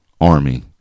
army